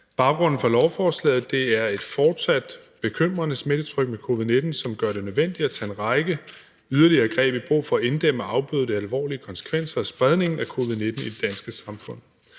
Baggrunden for lovforslaget er et fortsat bekymrende smittetryk med covid-19, som gør det nødvendigt at tage en række yderligere greb i brug for at inddæmme og afbøde de alvorlige konsekvenser af spredningen af covid-19 i det danske samfund.